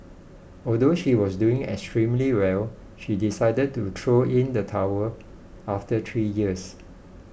although she was doing extremely well she decided to throw in the towel after three years